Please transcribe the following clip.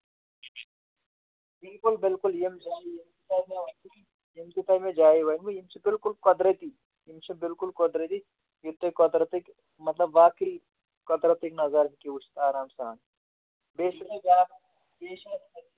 بِلکُل بِلکُل یِم زَن یِم زَن یِم تہِ تۄہہِ مےٚ جایہِ ؤنۍوُ یِم چھِ بِلکُل قۄدرٔتی یِم چھِ بِلکُل قۄدرٔتی ییٚتہِ تۄہہِ قۄدرَتٕکۍ مطلب واقعی قۄدرَتٕکۍ نَظارٕ ہیٚکِو وٕچھ آرام سان بیٚیہِ چھِ مےٚ بیٛاکھ